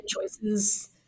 choices